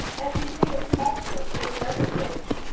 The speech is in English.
as he saith also in another place,